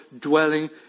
dwelling